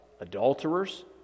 adulterers